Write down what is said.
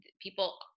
People